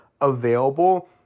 available